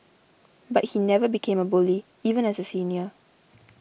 but he never became a bully even as a senior